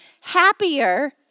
happier